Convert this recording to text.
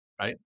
right